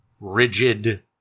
rigid